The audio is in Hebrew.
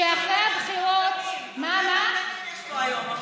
הרבה בורחים יש פה היום.